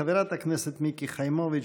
חברת הכנסת מיקי חיימוביץ',